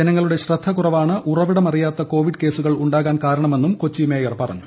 ജനങ്ങളുടെ ശ്രദ്ധക്കുറവാണ് ഉറവിടമറിയാത്ത കോവിഡ് കേസുകൾ ഉണ്ടാവാൻ കാരണമെന്നും കൊച്ചി മേയർ പറഞ്ഞു